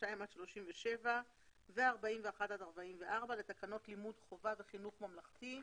32 עד 37 ו-41 עד 44 לתקנות לימוד חובה וחינוך ממלכתי (רישום),